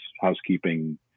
housekeeping